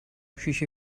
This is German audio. küche